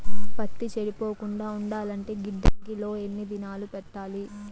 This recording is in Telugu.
పత్తి చెడిపోకుండా ఉండాలంటే గిడ్డంగి లో ఎన్ని దినాలు పెట్టాలి?